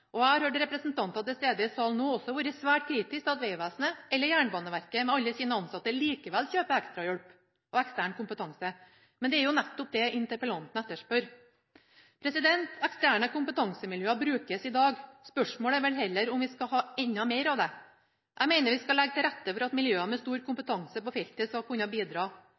Jeg har hørt representanter som er til stede i salen nå, være svært kritiske til at Vegvesenet eller Jernbaneverket, med alle sine ansatte, likevel kjøper ekstra hjelp og ekstern kompetanse. Det er jo nettopp det interpellanten etterspør. Eksterne kompetansemiljøer brukes i dag. Spørsmålet er vel heller om vi skal ha enda mer av det. Jeg mener vi skal legge til rette for at miljøer med stor kompetanse på feltet skal kunne bidra.